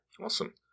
Awesome